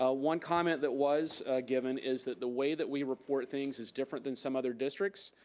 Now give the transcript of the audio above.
ah one comment that was given is that the way that we report things is different than some other districts,